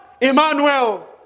Emmanuel